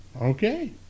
Okay